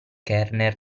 kernel